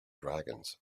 dragons